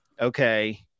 okay